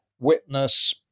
witness